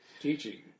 Teaching